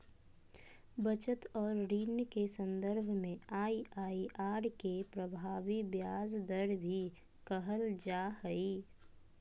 बचत और ऋण के सन्दर्भ में आइ.आइ.आर के प्रभावी ब्याज दर भी कहल जा हइ